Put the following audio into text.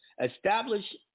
establish